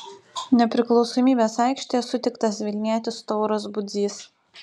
nepriklausomybės aikštėje sutiktas vilnietis tauras budzys